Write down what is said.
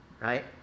right